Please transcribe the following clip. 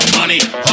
Money